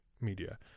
media